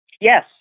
Yes